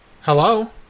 Hello